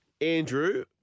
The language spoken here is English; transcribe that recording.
Andrew